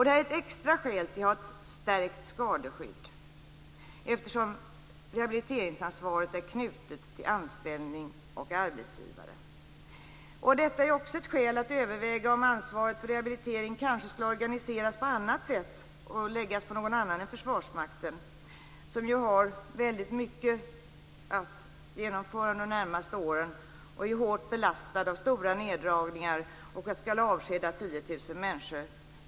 Detta är ett extra skäl till att vi skall ha ett stärkt skadeskydd, eftersom rehabiliteringsansvaret är knutet till anställning och arbetsgivare. Detta är också ett skäl att överväga om ansvaret för rehabilitering kanske skall organiseras på annat sätt och läggas på någon annan än Försvarsmakten, som ju har väldigt mycket att genomföra de närmaste åren, är hårt belastad av stora neddragningar och skall avskeda 10 000 människor.